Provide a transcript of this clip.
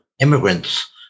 immigrants